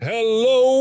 Hello